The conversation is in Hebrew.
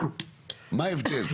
מה הבדל?